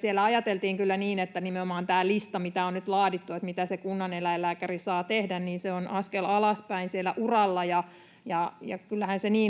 Siellä ajateltiin kyllä niin, että nimenomaan tämä lista, mitä on nyt laadittu siitä, mitä se kunnaneläinlääkäri saa tehdä, on askel alaspäin siellä uralla. Kyllähän se niin